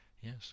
Yes